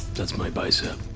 that's my bicep.